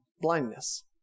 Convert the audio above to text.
blindness